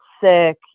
sick